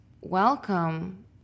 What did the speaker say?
welcome